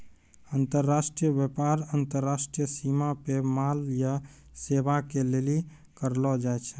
अन्तर्राष्ट्रिय व्यापार अन्तर्राष्ट्रिय सीमा पे माल या सेबा के लेली करलो जाय छै